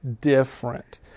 different